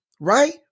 Right